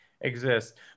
exists